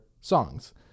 songs